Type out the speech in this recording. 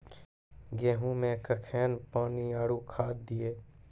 गेहूँ मे कखेन पानी आरु खाद दिये?